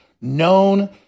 known